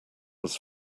was